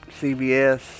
CBS